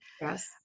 Yes